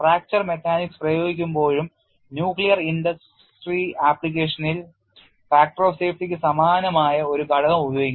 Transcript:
fracture mechanics പ്രയോഗിക്കുമ്പോഴും nuclear industry ആപ്ലിക്കേഷനിൽ factor of safety ക്ക് സമാനമായ ഒരു ഘടകം ഉപയോഗിക്കുന്നു